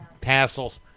Tassels